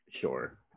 sure